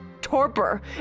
torpor